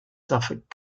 suffolk